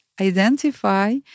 identify